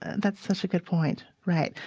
that's such a good point, right,